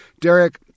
Derek